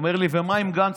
הוא אמר לי: ומה עם גנץ?